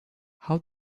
how